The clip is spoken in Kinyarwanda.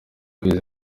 kwezi